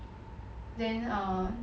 then err